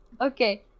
Okay